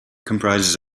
comprises